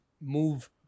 move